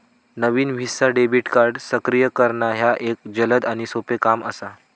नवीन visa debit card सक्रिय करणा ह्या एक जलद आणि सोपो काम असा